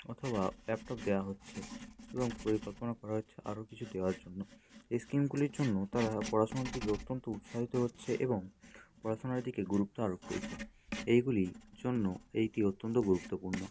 অথবা ল্যাপটপ দেওয়া হচ্ছে এবং পরিকল্পনা করা হচ্ছে আরো কিছু দেওয়ার জন্য এই স্কিমগুলির জন্য তারা পড়াশুনা দিকে অত্যন্ত উৎসাহিত হচ্ছে এবং পড়াশোনার দিকে গুরুত্ব আরোপ করছে এইগুলির জন্য এইটি অত্যন্ত গুরুত্বপূর্ণ